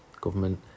government